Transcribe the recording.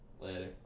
Later